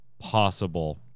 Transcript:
possible